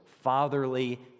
fatherly